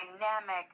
dynamic